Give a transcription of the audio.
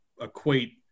equate